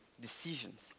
decisions